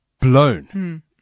blown